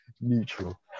Neutral